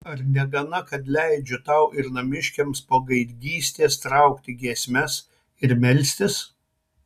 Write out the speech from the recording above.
ar negana kad leidžiu tau ir namiškiams po gaidgystės traukti giesmes ir melstis